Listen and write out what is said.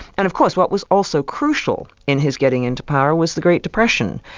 and of course what was also crucial in his getting into power was the great depression.